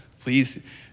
Please